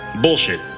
bullshit